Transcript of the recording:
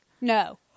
No